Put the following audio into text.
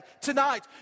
tonight